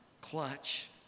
clutch